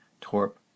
torp